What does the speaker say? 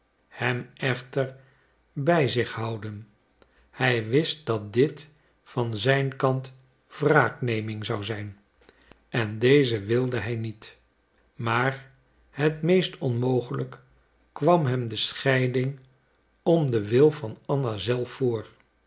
hem echter bij zich houden hij wist dat dit van zijn kant wraakneming zou zijn en deze wilde hij niet maar het meest onmogelijk kwam hem de scheiding om den wil van anna zelf voor